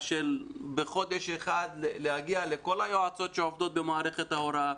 ובחודש אחד להגיע לכל היועצות שעובדות במערכת ההוראה,